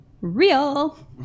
real